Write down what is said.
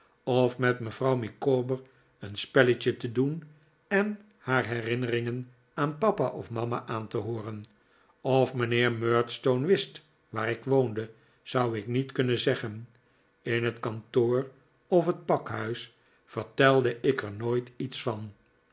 of met mevrouw micawber een spelletje te doen en har herinneringen aan papa of mama aan te hooren of mijnheer murdstone wist waar ik woonde zou ik niet kunnen zeggen in het kantoor of het pakhuis vertelde ik er nooit iets van